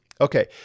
Okay